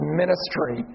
ministry